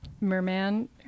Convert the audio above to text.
merman